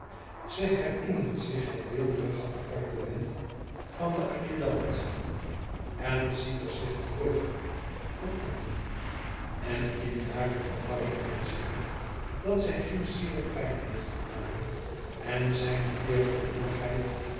ze herinnert zich het weelderige appartement van den adjudant en ziet er zich terug met anderen en in hare verwarring merkt ze niet dat ze hem zeer pijn heeft gedaan en zijne